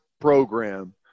program